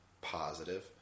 positive